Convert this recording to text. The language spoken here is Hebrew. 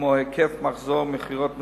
כמו היקף מחזור מכירות מסוים,